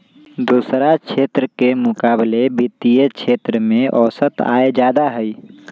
दोसरा क्षेत्र के मुकाबिले वित्तीय क्षेत्र में औसत आय जादे हई